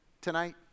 tonight